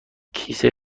کیسه